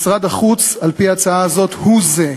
משרד החוץ, על-פי ההצעה הזאת, הוא זה,